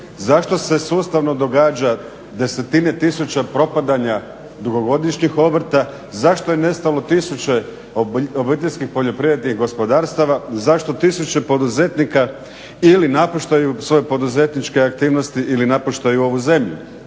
zašto se sustavno događa desetine tisuća propadanja dugogodišnjih obrta, zašto je nestalo tisuće OPG-a, zašto tisuće poduzetnika ili napuštaju svoje poduzetničke aktivnosti ili napuštaju ovu zemlju,